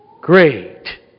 great